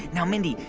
now, mindy,